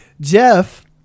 Jeff